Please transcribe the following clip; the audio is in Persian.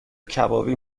کبابی